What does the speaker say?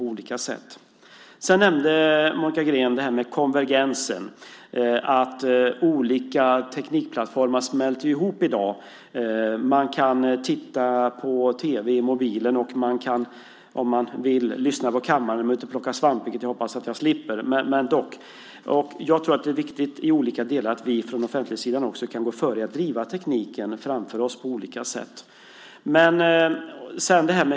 Monica Green nämnde konvergensen. Olika teknikplattformar smälter ju ihop i dag. Man kan titta på tv i mobilen och man kan, om man vill, lyssna på kammaren när man är ute och plockar svamp. Det hoppas jag att jag slipper. Jag tror att det är viktigt att vi från offentlighetssidan kan gå före och driva tekniken framför oss.